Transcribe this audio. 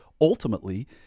ultimately